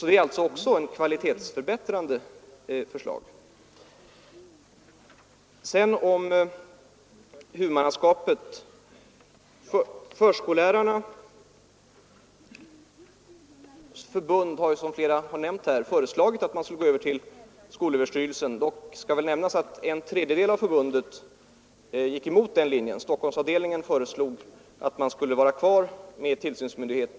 Det är således ett kvalitetsförbättrande förslag. Sedan om huvudmannaskapet. Förskollärarnas riksförbund har som flera nämnt föreslagit att skolöverstyrelsen skulle bli huvudman. Dock skall det väl sägas att en tredjedel av förbundet gick emot den linjen. Stockholmsavdelningen föreslog att socialstyrelsen skulle vara kvar som tillsynsmyndighet.